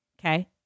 Okay